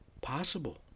possible